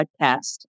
podcast